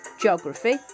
geography